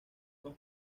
más